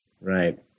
Right